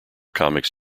comics